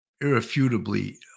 irrefutably